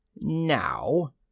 Now